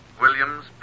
Williams